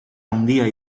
handia